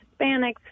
Hispanics